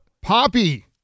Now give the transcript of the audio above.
Poppy